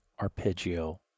arpeggio